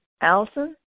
Allison